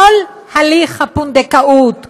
כל הליך הפונדקאות כאן,